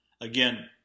Again